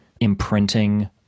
imprinting